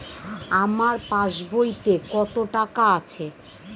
আমার পাস বইতে কত টাকা আছে?